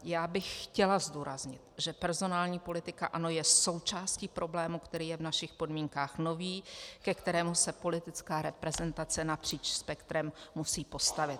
Já bych chtěla zdůraznit, že personální politika ANO je součástí problému, který je v našich podmínkách nový, ke kterému se politická reprezentace napříč spektrem musí postavit.